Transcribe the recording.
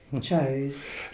chose